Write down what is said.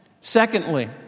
Secondly